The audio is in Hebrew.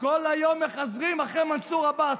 כל היום מחזרים אחרי מנסור עבאס.